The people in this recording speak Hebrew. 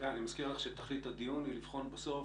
הילה, אני מזכיר לך שפתחתי את הדיון עם לבחון בסוף